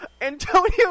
Antonio